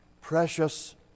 precious